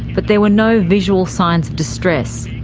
but there were no visual sign of distress.